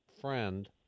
friend